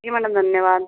जी madam धन्यवाद